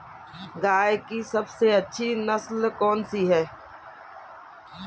गाय की सबसे अच्छी नस्ल कौनसी है?